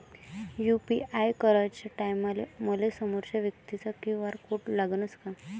UPI कराच्या टायमाले मले समोरच्या व्यक्तीचा क्यू.आर कोड लागनच का?